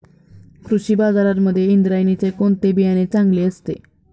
कृषी बाजारांमध्ये इंद्रायणीचे कोणते बियाणे चांगले असते?